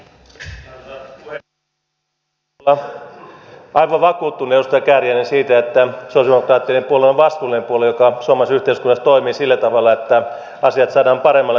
voitte olla aivan vakuuttunut edustaja kääriäinen siitä että sosialidemokraattien puolue on vastuullinen puolue joka suomalaisessa yhteiskunnassa toimii sillä tavalla että asiat saadaan paremmalle tolalle